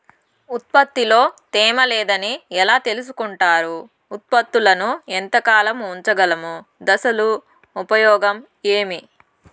ఉత్పత్తి లో తేమ లేదని ఎలా తెలుసుకొంటారు ఉత్పత్తులను ఎంత కాలము ఉంచగలము దశలు ఉపయోగం ఏమి?